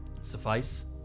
suffice